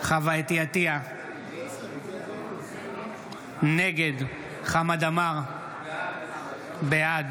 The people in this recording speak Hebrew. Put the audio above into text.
חוה אתי עטייה, נגד חמד עמאר, בעד